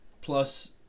plus –